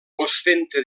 ostenta